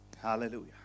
Hallelujah